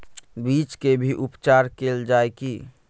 बीज के भी उपचार कैल जाय की?